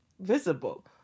visible